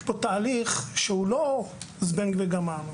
יש כאן תהליך שהוא לא זבנג וגמרנו.